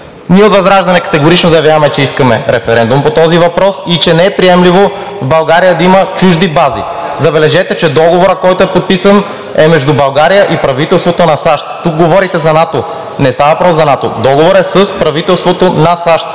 Ние от ВЪЗРАЖДАНЕ категорично заявяваме, че искаме референдум по този въпрос и че не е приемливо в България да има чужди бази. Забележете, че договорът, който е подписан, е между България и правителството на САЩ, а тук говорите за НАТО. Не става въпрос за НАТО – договорът е с правителството на САЩ